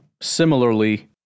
similarly